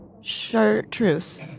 Chartreuse